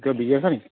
এতিয়া বিজি আছা নেকি